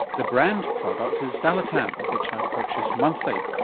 the brand product is xalatan, which i purchase monthly.